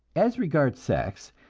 as regards sex,